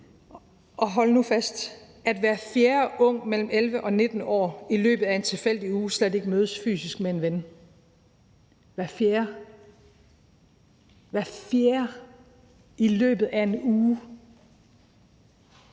hold nu fast – at hver fjerde ung mellem 11 og 19 år i løbet af en tilfældig uge slet ikke mødes fysisk med en ven. Det er altså hver fjerde i løbet af en uge!